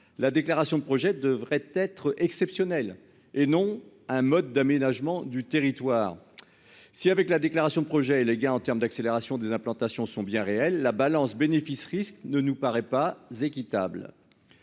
la déclaration de projet devrait être exceptionnelle et non un mode d'aménagement du territoire. Si avec la déclaration projet et les gains en termes d'accélération des implantations sont bien réels. La balance bénéfice-risque ne nous paraît pas équitable.